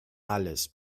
alles